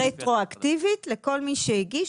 רטרואקטיבית לכל מי שהגיש,